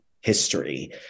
history